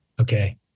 Okay